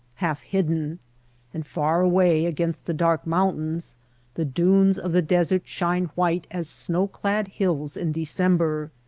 half hidden and far away against the dark mountains the dunes of the desert shine white as snow-clad hills in december.